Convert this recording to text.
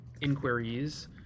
inquiries